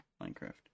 Minecraft